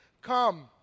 come